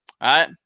right